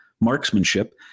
marksmanship